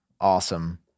Awesome